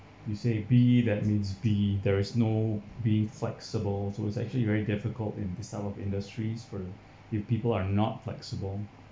you say B that means B there is no being flexible so it's actually very difficult in the some of industries for if people are not flexible